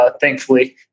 thankfully